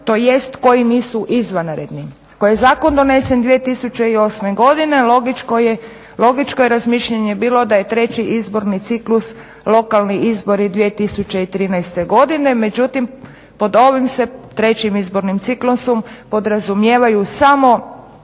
tj. koji nisu izvanredni, koje zakon donesen 2008. godine logičko je razmišljanje bilo da je treći izborni ciklus lokalni izbori 2013. godine. Međutim, pod ovim se trećim izbornim ciklusom podrazumijevaju samo